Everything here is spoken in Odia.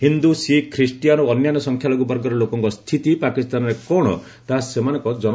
ହିନ୍ଦୁ ଶିଖ୍ ଖ୍ରୀଷ୍ଟିଆନ ଓ ଅନ୍ୟାନ୍ୟ ସଂଖ୍ୟାଲଘୁ ବର୍ଗର ଲୋକଙ୍କ ସ୍ଥିତି ପାକିସ୍ତାନରେ କ'ଣ ତାହା ସେମାନଙ୍କ ଜନସଂଖ୍ୟାରୁ ସ୍ୱଷ୍ଟ